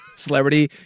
Celebrity